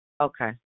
Okay